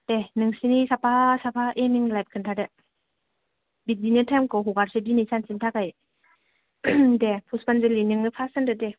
दे नोंसिनि साफा साफा एम इन लाइप खिनथादो बिदिनो थाइमखौ हगारसै दिनै सानसेनि थाखाय दे पुसफानजुलि नोंनो पास्ट होनदो दे